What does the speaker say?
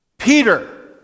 Peter